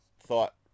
thought